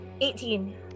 Eighteen